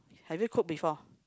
have you cook before